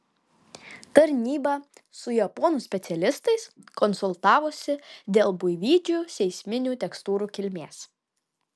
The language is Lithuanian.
tarnyba su japonų specialistais konsultavosi dėl buivydžių seisminių tekstūrų kilmės